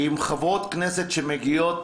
עם חברות כנסת שמגיעות